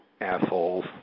assholes